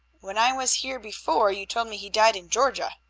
when i was here before you told me he died in georgia.